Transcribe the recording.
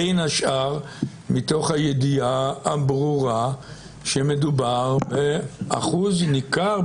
בין השאר מתוך הידיעה הברורה שמדובר באחוז ניכר,